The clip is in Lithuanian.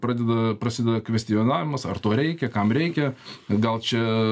pradeda prasideda kvestionavimas ar to reikia kam reikia gal čia